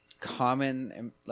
common